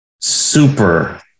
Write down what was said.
super